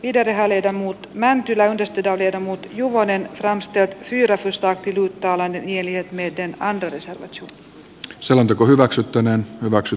idea löytää muut mäntylä yhdistetään lyödä muut juvonen rahastettiin ratsastaa tilttalainen mieli ja myyttien antoisa tsl selonteko hyväksyttäneen hyväksu